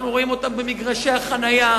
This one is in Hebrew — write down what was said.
אנחנו רואים אותם במגרשי החנייה,